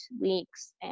weeks